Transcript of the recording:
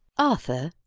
arthur?